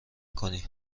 کنی